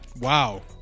Wow